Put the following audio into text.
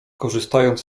korzystając